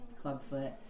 clubfoot